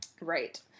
Right